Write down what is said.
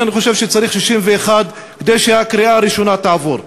אני חושב שצריך 61 כדי שהקריאה הראשונה תעבור.